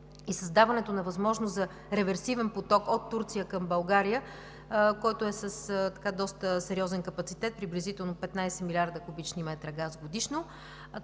и създаването на възможност за реверсивен поток от Турция към България, който е с доста сериозен капацитет – приблизително 15 млрд. куб. м газ годишно,